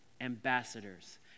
ambassadors